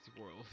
world